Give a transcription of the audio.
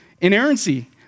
Inerrancy